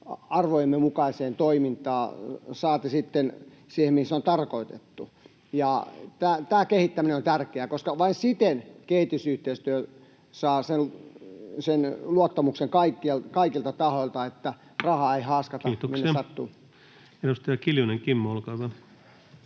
arvojemme mukaiseen toimintaan, saati sitten siihen, mihin se on tarkoitettu. Tämä kehittäminen on tärkeää, koska vain siten kehitysyhteistyö saa kaikilta tahoilta sen luottamuksen, että rahaa ei haaskata minne sattuu. Kiitoksia. — Edustaja Kiljunen, Kimmo, olkaa hyvä.